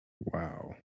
Wow